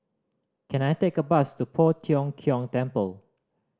can I take a bus to Poh Tiong Kiong Temple